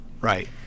Right